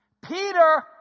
Peter